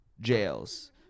jails